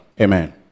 Amen